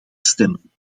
stemmen